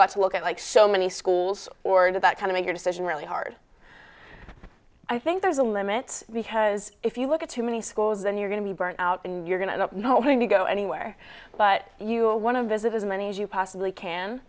got to look at like so many schools or did that kind of make your decision really hard i think there's a limit because if you look at too many schools then you're going to be burnt out and you're going to home to go anywhere but you a one a visit as many as you possibly can